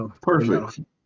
Perfect